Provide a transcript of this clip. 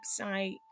website